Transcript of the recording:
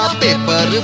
paper